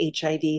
HIV